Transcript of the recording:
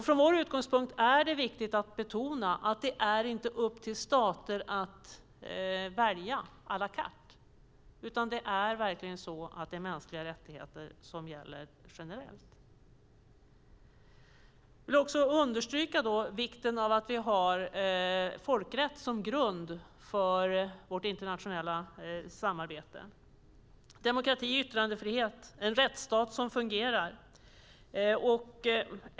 Från vår utgångspunkt är det viktigt att betona att det inte är upp till stater att välja à la carte, utan mänskliga rättigheter gäller generellt. Jag vill också understryka vikten av att vi har folkrätt som grund för vårt internationella samarbete: demokrati, yttrandefrihet och en rättsstat som fungerar.